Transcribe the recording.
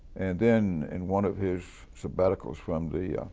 and then in one of his sabbaticals from the